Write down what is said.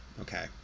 okay